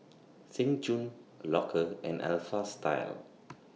Seng Choon Loacker and Alpha Style